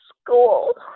school